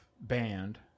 band